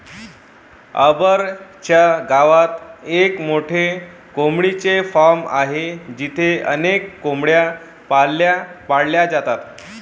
अंबर च्या गावात एक मोठे कोंबडीचे फार्म आहे जिथे अनेक कोंबड्या पाळल्या जातात